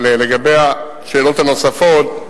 אבל לגבי השאלות הנוספות,